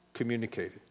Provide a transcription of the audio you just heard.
communicated